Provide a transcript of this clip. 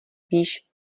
víš